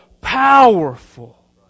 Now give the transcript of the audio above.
powerful